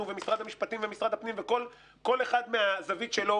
ומשרד המשפטים ומשרד הפנים וכל אחד מהזווית שלו,